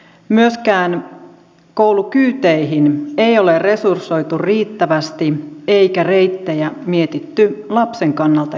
myöskään koulukyyteihin ei ole resursoitu riittävästi eikä reittejä mietitty lapsen kannalta järkevästi